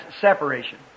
separation